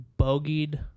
bogeyed